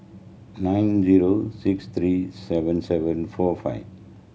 nine zero six three seven seven four five